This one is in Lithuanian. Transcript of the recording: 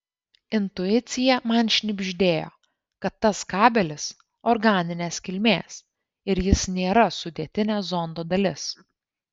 intuicija man šnibždėjo kad tas kabelis organinės kilmės ir jis nėra sudėtinė zondo dalis